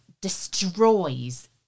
destroys